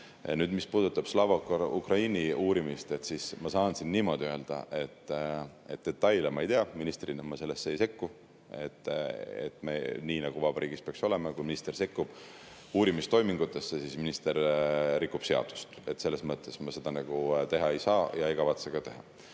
Nüüd, mis puudutab Slava Ukraini uurimist, siis ma saan öelda, et detaile ma ei tea. Ministrina ma sellesse ei sekku, nii nagu vabariigis peaks olema. Kui minister sekkub uurimistoimingutesse, siis minister rikub seadust. Selles mõttes ma seda teha ei saa ja ei kavatse ka teha.